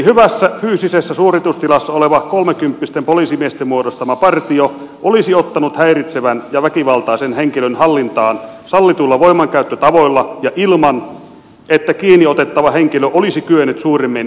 hyvässä fyysisessä suoritustilassa oleva kolmekymppisten poliisimiesten muodostama partio olisi ottanut häiritsevän ja väkivaltaisen henkilön hallintaan sallituilla voimankäyttötavoilla ja ilman että kiinni otettava henkilö olisi kyennyt suuremmin kiinniottoa vastustelemaan